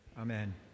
amen